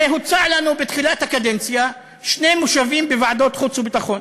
הרי הוצעו לנו בתחילת הקדנציה שני מושבים בוועדת חוץ וביטחון.